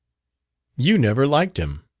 you never liked him.